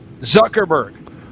Zuckerberg